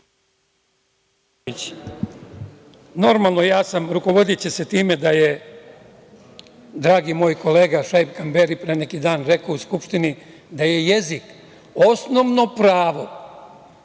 Normalno, ja sam rukovodeći se time da je dragi moj kolega Šaip Kamberi pre neki dan rekao u Skupštini da je jezik osnovno pravo